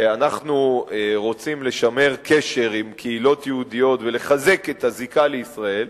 ואנחנו רוצים לשמר קשר עם קהילות יהודיות ולחזק את הזיקה לישראל,